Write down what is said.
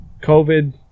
COVID